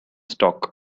stock